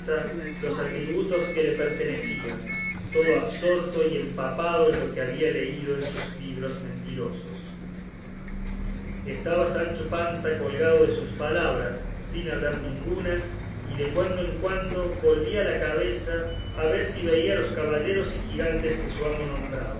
los atributos que le pertenecían todo absorto y empapado en lo que había leído en sus libros mentirosos estaba sancho panza colgado de sus palabras sin hablar ninguna y de cuando en cuando volvía la cabeza a ver si veía los caballeros y gigantes que